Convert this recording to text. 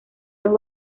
dos